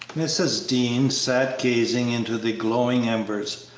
mrs. dean sat gazing into the glowing embers,